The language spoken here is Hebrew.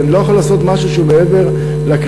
אני לא יכול לעשות משהו שהוא מעבר לכללים.